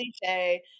cliche